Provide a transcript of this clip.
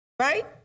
Right